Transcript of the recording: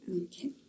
Okay